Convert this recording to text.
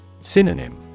Synonym